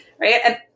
right